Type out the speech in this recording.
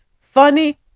funny